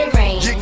rain